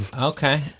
okay